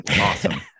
awesome